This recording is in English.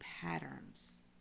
patterns